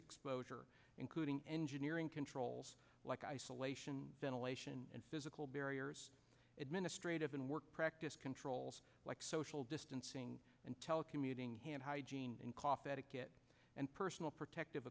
exposure including engineering controls like isolation ventilation and physical barriers administrative and work practice controls like social distancing and telecommuting hand hygiene and cough etiquette and personal protective